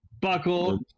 buckle